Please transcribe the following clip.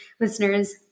listeners